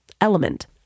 Element